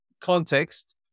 context